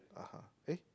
(uh huh) eh